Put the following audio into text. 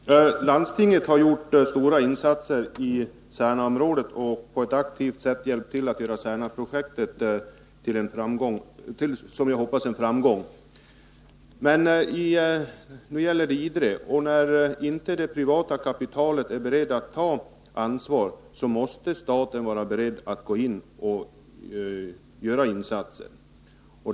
Fru talman! Landstinget har gjort stora insatser i Särnaområdet och har på ett aktivt sätt hjälpt till att göra Särnaprojektet till en framgång, som jag hoppas. Men nu gäller det Idre. När det privata kapitalet inte är berett att ta ansvar måste staten vara beredd att gå in och göra insatser.